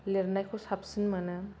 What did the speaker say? लिरनायखौ साबसिन मोनो